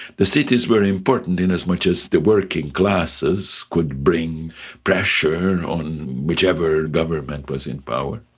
the cities where important in as much as the working classes could bring pressure on whichever government was in power.